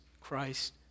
Christ